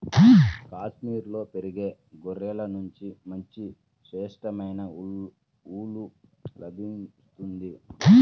కాశ్మీరులో పెరిగే గొర్రెల నుంచి మంచి శ్రేష్టమైన ఊలు లభిస్తుంది